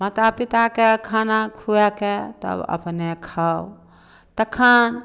माता पिताकेँ खाना खुआ कऽ तब अपने खाउ तखन